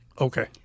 Okay